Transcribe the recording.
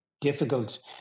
difficult